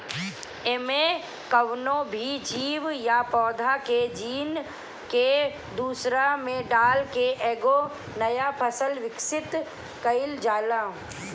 एमे कवनो भी जीव या पौधा के जीन के दूसरा में डाल के एगो नया फसल विकसित कईल जाला